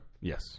Yes